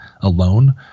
alone